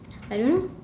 I don't